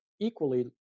equally